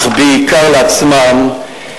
אך בעיקר לעצמם,